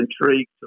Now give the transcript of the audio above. intrigued